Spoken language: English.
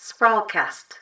sprawlcast